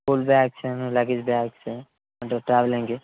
school బ్యాగ్సును luggage bags అంటే ట్రావెలింగ్కి